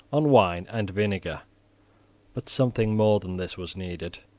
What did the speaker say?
on wine and vinegar but something more than this was needed.